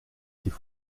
qu’il